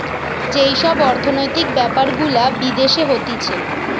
যেই সব অর্থনৈতিক বেপার গুলা বিদেশে হতিছে